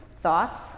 thoughts